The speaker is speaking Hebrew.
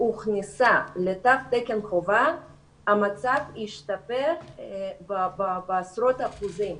הוכנס לתו תקן חובה, המצב השתפר בעשרות אחוזים.